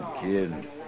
kid